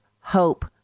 hope